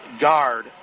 guard